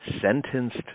sentenced